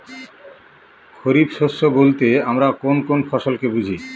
খরিফ শস্য বলতে আমরা কোন কোন ফসল কে বুঝি?